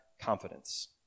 confidence